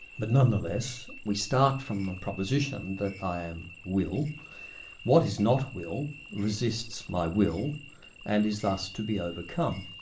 but nonetheless, we start from the proposition that i am will what is not will resists my will and is thus to be overcome.